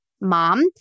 mom